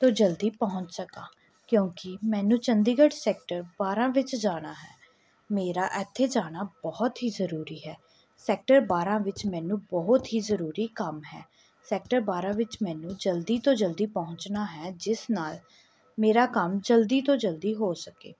ਤੋਂ ਜਲਦੀ ਪਹੁੰਚ ਸਕਾਂ ਕਿਉਂਕਿ ਮੈਨੂੰ ਚੰਡੀਗੜ੍ਹ ਸੈਕਟਰ ਬਾਰਾਂ ਵਿੱਚ ਜਾਣਾ ਹੈ ਮੇਰਾ ਇੱਥੇ ਜਾਣਾ ਬਹੁਤ ਹੀ ਜ਼ਰੂਰੀ ਹੈ ਸੈਕਟਰ ਬਾਰਾਂ ਵਿੱਚ ਮੈਨੂੰ ਬਹੁਤ ਹੀ ਜ਼ਰੂਰੀ ਕੰਮ ਹੈ ਸੈਕਟਰ ਬਾਰਾਂ ਵਿੱਚ ਮੈਨੂੰ ਜਲਦੀ ਤੋਂ ਜਲਦੀ ਪਹੁੰਚਣਾ ਹੈ ਜਿਸ ਨਾਲ ਮੇਰਾ ਕੰਮ ਜਲਦੀ ਤੋਂ ਜਲਦੀ ਹੋ ਸਕੇ